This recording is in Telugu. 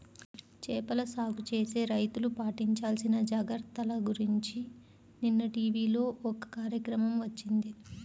చేపల సాగు చేసే రైతులు పాటించాల్సిన జాగర్తల గురించి నిన్న టీవీలో ఒక కార్యక్రమం వచ్చింది